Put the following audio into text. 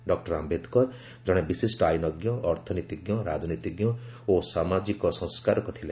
doctor Ambedkar ଜଣେ ବିଶିଷ୍ଟ ଆଇନଜ୍ଞ ଅର୍ଥନୀତିଜ୍ଞ ରାଜନୀତିଜ୍ଞ ଓ ସାମାଜିକ ସଂସ୍କାରକ ଥିଲେ